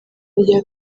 rya